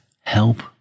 help